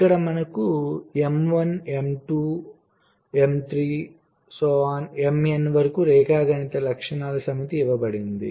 ఇక్కడ మనకు M1 M2 నుండి Mn వరకు రేఖాగణిత లక్షణాల సమితి ఇవ్వబడింది